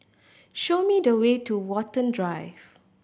show me the way to Watten Drive